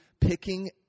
picking